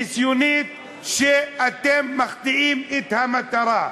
ניסיונית, שאתם מחטיאים את המטרה.